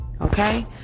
okay